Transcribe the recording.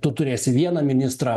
tu turėsi vieną ministrą